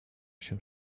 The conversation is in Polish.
się